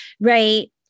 right